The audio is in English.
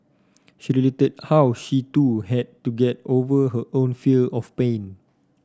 she related how she too had to get over her own fear of pain